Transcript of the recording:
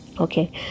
Okay